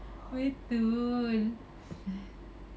betul